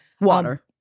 Water